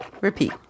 Repeat